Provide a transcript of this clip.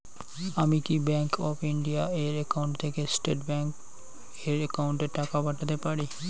আমি কি bank of India এর একাউন্ট থেকে স্টেট ব্যাংক এর একাউন্টে টাকা পাঠাতে পারি?